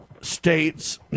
states